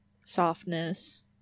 softness